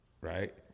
right